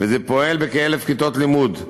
פועלת בכ-1,000 כיתות לימוד.